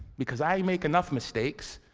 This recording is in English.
because i make enough mistakes,